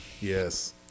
Yes